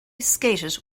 skated